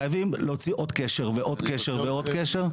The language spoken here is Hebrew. חייבים להתיר עוד קשר, עוד קשר ועוד קשר.